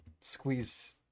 squeeze